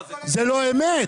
זו לא האמת.